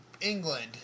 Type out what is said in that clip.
England